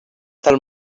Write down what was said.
del